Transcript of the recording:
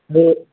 আৰু